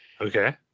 okay